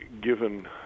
given